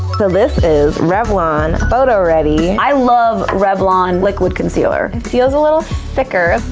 the list is revlon photoready. i love revlon liquid concealer. it feels a little thicker.